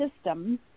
system